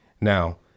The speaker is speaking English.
Now